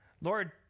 Lord